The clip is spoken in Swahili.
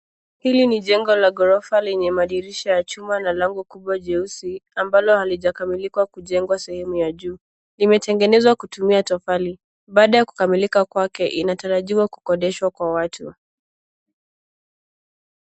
Hili ni jengo la ghorofa lenye madirisha ya chuma na lango kubwa jeusi ambalo halijakamilika kujengwa sehemu ya juu. Limetegenezwa kutumia tofali. Baada ya kukamilika kwake inatarajiwa kukodeshwa kwa watu.